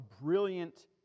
brilliant